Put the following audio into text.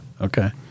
Okay